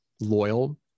loyal